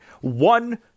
one